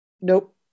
nope